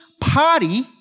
party